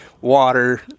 water